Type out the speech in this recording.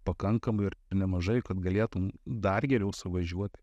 pakankamai ir nemažai kad galėtum dar geriau suvažiuot